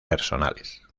personales